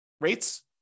rates